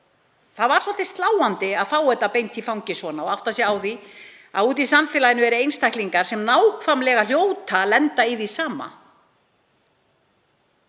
Það var svolítið sláandi að fá þetta beint í fangið og átta sig á því að úti í samfélaginu eru einstaklingar sem hljóta að lenda í nákvæmlega